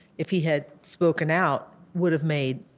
if he had spoken out, would have made,